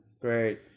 Great